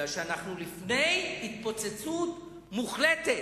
כיוון שאנחנו לפני התפוצצות מוחלטת.